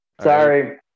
Sorry